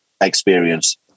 experience